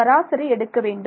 சராசரி எடுக்க வேண்டும்